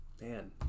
Man